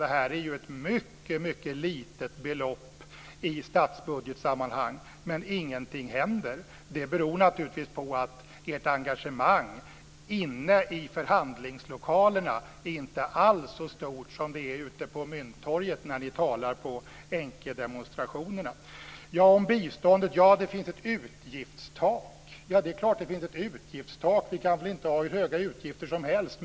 Det här är ett mycket litet belopp i statsbudgetsammanhang, men ingenting händer. Det beror naturligtvis på att ert engagemang inne i förhandlingslokalerna inte alls är så stort som det är ute på Mynttorget när ni talar på änkedemonstrationerna. Det finns ett utgiftstak för biståndet. Det är klart att det finns ett utgiftstak. Vi kan väl inte ha hur höga utgifter som helst.